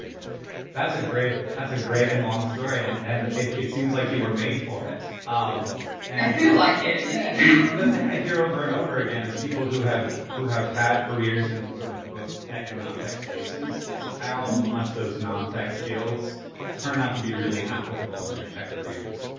that's a great and long story. and and it it seems like you were made for it. um i feel like it, yeah. and the thing i hear over and over again is people who have who have had careers in sort of both tech and non-tech spaces is how much those non-tech skills turn out to be really applicable in their tech careers.